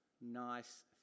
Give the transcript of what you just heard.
nice